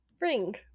ring